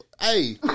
Hey